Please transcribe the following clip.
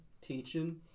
teaching